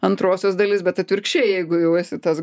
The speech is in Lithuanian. antrosios dalis bet atvirkščiai jeigu jau esi tas